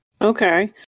Okay